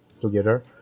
together